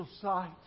sight